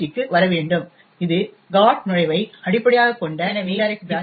க்கு வர வேண்டும் இது GOT நுழைவை அடிப்படையாகக் கொண்ட இன்டைரக்ட் ப்ரான்ச் ஆகும்